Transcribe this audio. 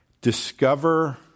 discover